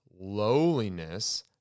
lowliness